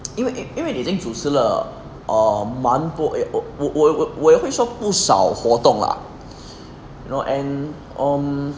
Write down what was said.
因为因为你已经主持了 err 蛮多我我我我也是会说不少活动 lah you know and um